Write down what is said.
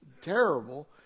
terrible